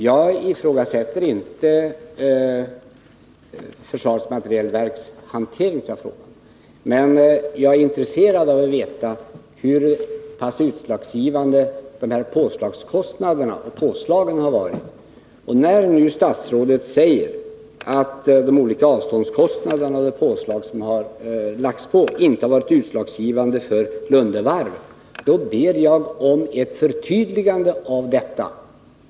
Jag ifrågasätter inte försvarets materielverks hantering av frågan, men jag ärintresserad av att få veta hur pass utslagsgivande påslagen har varit. När nu statsrådet säger att de olika avståndskostnaderna och påslagen inte har varit utslagsgivande när det gäller Lunde Varv, ber jag att få ett förtydligande.